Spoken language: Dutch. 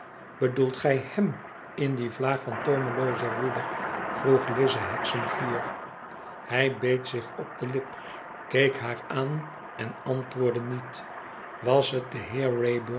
bedoeldet gij hem in die vlaag van toomelooze woede vroeg lize hexam fier hij beet zich op de lip keek haar aan en antwoordde niet was het de heer